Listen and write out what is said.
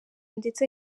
ndetse